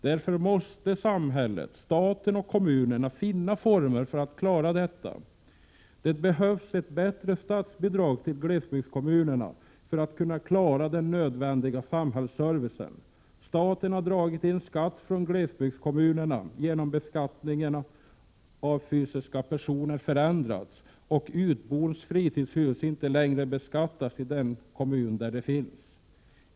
Därför måste samhället — staten och kommunerna — finna former för att klara detta. Det behövs ett bättre statsbidrag till glesbygdskommunerna för att kunna klara den nödvändiga samhällsservicen. Staten har dragit in skatt från glesbygdskommunerna genom att beskattningen av fysiska personer förändrats och utbors fritidshus inte längre beskattas i den kommun där de finns.